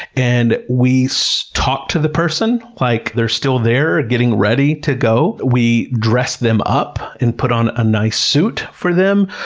and we so talk to the person like they're still there, getting ready to go. we dress them up and put on a nice suit for them,